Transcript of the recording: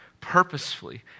purposefully